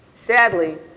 Sadly